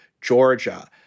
Georgia